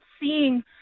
seeing